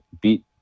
beat